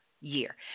year